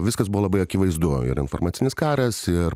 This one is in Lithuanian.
viskas buvo labai akivaizdu ir informacinis karas ir